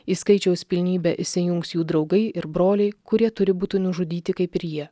į skaičiaus pilnybę įsijungs jų draugai ir broliai kurie turi būti nužudyti kaip ir jie